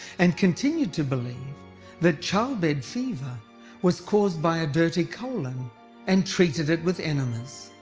and continued to believe that childbed fever was caused by a dirty colon and treated it with enemas.